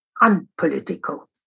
unpolitical